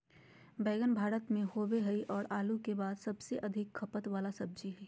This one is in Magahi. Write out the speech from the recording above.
बैंगन भारत में होबो हइ और आलू के बाद सबसे अधिक खपत वाला सब्जी हइ